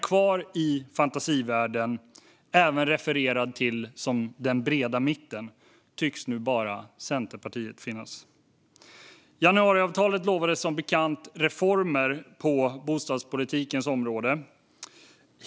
Kvar i fantasivärlden, även refererad till som "den breda mitten", tycks nu bara Centerpartiet vara. Januariavtalet lovade som bekant reformer på bostadspolitikens område.